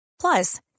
Plus